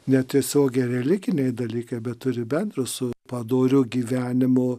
netiesiogiai religiniai dalykai bet turi bendro su padoriu gyvenimu